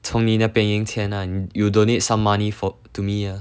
从你那边赢钱 ah 你 you donate some money for to me ah